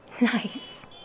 Nice